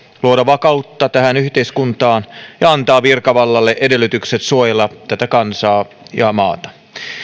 luoda vakautta tähän yhteiskuntaan ja antaa virkavallalle edellytykset suojella tätä kansaa ja maata